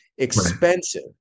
Expensive